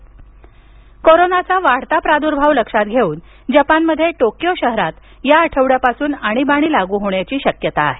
Japan Covid कोरोनाच्या वाढता प्रादुर्भाव लक्षात घेऊन जपानमध्ये टोक्यो शहरात या आठवड्यापासून अणीबाणी लागू होण्याची शक्यता आहे